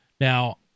Now